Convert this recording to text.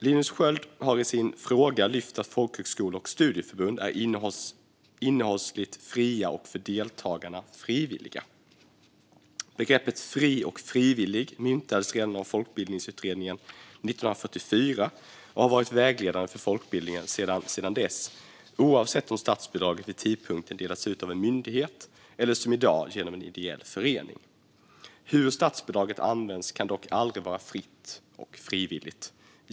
Linus Sköld har i sin fråga lyft fram att folkhögskolor och studieförbund är innehållsligt fria och för deltagarna frivilliga. Begreppen "fri" och "frivillig" myntades redan av folkbildningsutredningen 1944 och har varit vägledande för folkbildningen sedan dess, oavsett om statsbidraget vid tidpunkten delats ut av en myndighet eller, som i dag, genom en ideell förening. Hur statsbidraget används kan dock aldrig vara fritt och frivilligt.